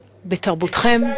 בתרבותכם,